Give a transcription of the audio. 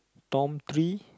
Tom three